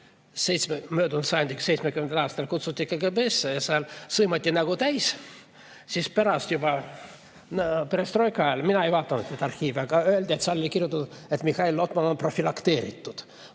möödunud sajandi 70. aastal kutsuti KGB‑sse ja seal sõimati nägu täis. Pärast, juba perestroika ajal, mina ei vaadanud neid arhiive, aga öeldi, et seal oli kirjutatud, et Mihhail Lotman on profülakteeritud.